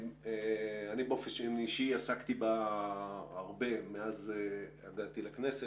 אני באופן אישי עסקתי בה הרבה מאז הגעתי לכנסת.